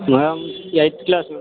madam eighth class